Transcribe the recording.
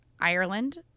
Ireland